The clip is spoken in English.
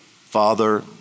father